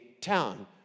town